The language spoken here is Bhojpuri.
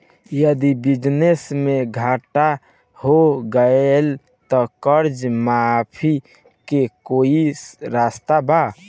यदि बिजनेस मे घाटा हो गएल त कर्जा माफी के कोई रास्ता बा?